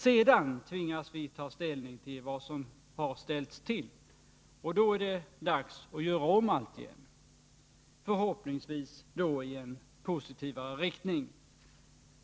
Sedan tvingas vi ta ställning till vad som har ställts till, och då är det dags att göra om allt igen, förhoppningsvis i en mer positiv riktning.